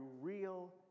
real